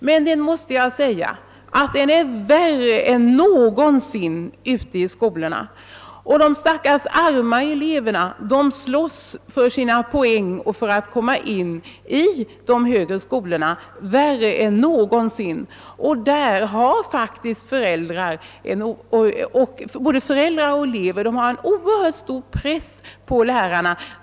Men jag måste säga att den är värre än någonsin ute i skolorna. Jag vet inte om det beror på den relativa betygsättningen, men de arma eleverna måste mer än tidigare slåss för sina poäng för att kunna komma in i de högre skolorna.